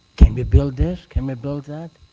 can we build this? can we build that?